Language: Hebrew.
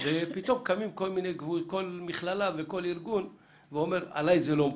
ופתאום קמים כל מכללה וכל ארגון ואומרים שעליהם זה לא מקובל.